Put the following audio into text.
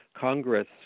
Congress